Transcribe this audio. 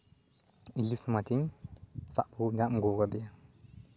ᱤᱞᱤᱥ ᱢᱟᱪᱤᱧ ᱥᱟᱵ ᱟᱹᱜᱩ ᱧᱟᱢ ᱟᱹᱜᱩᱣᱟᱠᱟᱫᱮᱭᱟ